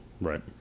Right